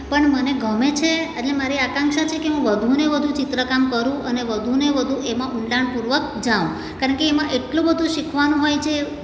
પણ મને ગમે છે એટલે મારી આકાંક્ષા છેકે હું વધુને વધુ ચિત્ર કામ કરું અને વધુને વધુ એમાં ઊંડાણપૂર્વક જાઉં કારણ કે એમાં એટલું બધું શીખવાનું હોય છે